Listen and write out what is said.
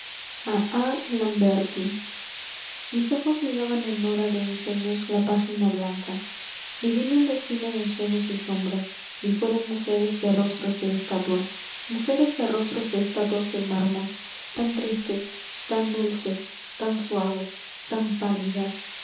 lamberti mis ojos miraban en hora de ensueños la página blanca y vino el desfile de ensueños y sombras y fueron mujeres de rostros de estatua mujeres de rostros de estatuas de mármol tan tristes tan dulces tan suaves tan pálidas